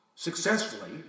successfully